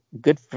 good